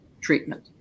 treatment